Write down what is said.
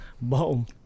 Boom